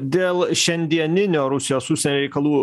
dėl šiandieninio rusijos užsienio reikalų